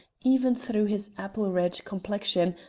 even through his apple-red complexion,